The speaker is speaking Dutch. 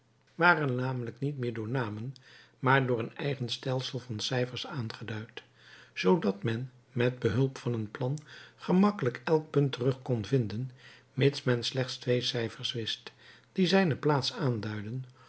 waren namelijk niet meer door namen maar door een eigen stelsel van cijfers aangeduid zoodat men met behulp van een plan gemakkelijk elk punt terug kon vinden mits men slechts twee cijfers wist die zijne plaats aanduidden